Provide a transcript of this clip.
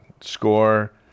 score